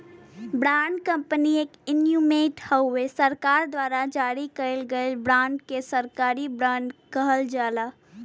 bond company एक instrument हउवे सरकार द्वारा जारी कइल गयल बांड के सरकारी बॉन्ड कहल जाला